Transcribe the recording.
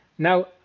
Now